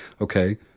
Okay